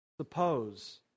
Suppose